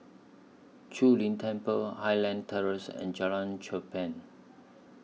Zu Lin Temple Highland Terrace and Jalan Cherpen